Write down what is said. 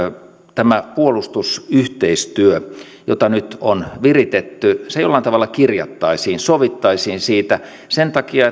tämä puolustusyhteistyö jota nyt on viritetty jollain tavalla kirjattaisiin sovittaisiin siitä sen takia